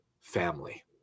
family